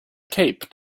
cape